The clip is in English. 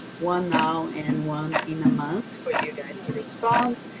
one now and one in a month, for you guys to respond.